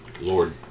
Lord